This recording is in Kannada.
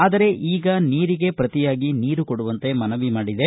ಆದರೆ ಈಗ ನೀರಿಗೆ ಪ್ರತಿಯಾಗಿ ನೀರು ಕೊಡುವಂತೆ ಮನವಿ ಮಾಡಿದೆ